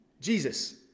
Jesus